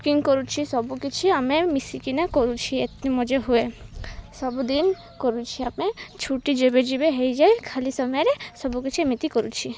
cooking କରୁଛି ସବୁକିଛି ଆମେ ମିଶିକିନା କରୁଛି ଏତେ ମଜା ହୁଏ ସବୁଦିନ କରୁଛି ଆମେ ଛୁଟି ଯେବେ ଯେବେ ହୋଇଯାଏ ଖାଲି ସମୟରେ ସବୁକିଛି ଏମିତି କରୁଛି